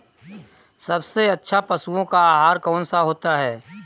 सबसे अच्छा पशुओं का आहार कौन सा होता है?